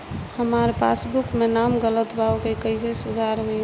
हमार पासबुक मे नाम गलत बा ओके कैसे सुधार होई?